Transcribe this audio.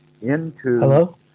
Hello